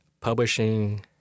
publishing